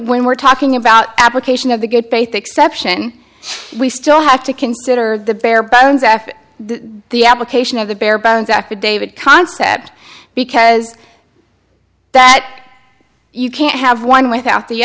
we're talking about application of the good faith exception we still have to consider the bare bones after the application of the bare bones affidavit concept because that you can't have one without the